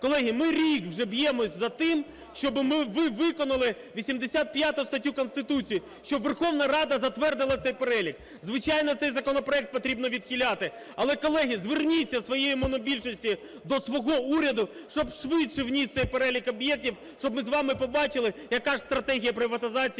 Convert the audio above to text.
Колеги, ми рік вже б'ємося за те, щоб ми виконали 85 статтю Конституції, щоб Верховна Рада затвердила цей перелік. Звичайно, цей законопроект потрібно відхиляти, але, колеги, зверніться своєю монобільшістю до свого уряду, щоб швидше вніс цей перелік об'єктів, щоб ми з вами побачили, яка ж стратегія приватизації